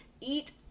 eat